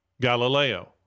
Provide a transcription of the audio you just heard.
Galileo